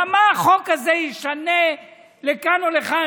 מה החוק הזה ישנה לכאן או לכאן?